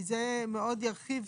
כי זה מאוד ירחיב,